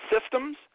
systems